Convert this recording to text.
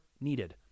needed